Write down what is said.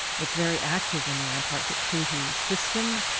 it's very active in the antarctic treaty system.